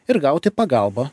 ir gauti pagalbą